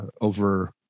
over